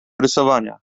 rysowania